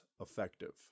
effective